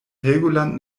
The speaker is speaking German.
helgoland